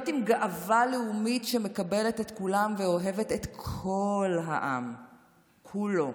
להיות עם גאווה לאומית שמקבלת את כולם ואוהבת את כל העם כולו,